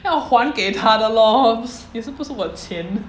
要还给他的 lor 也是不是我的钱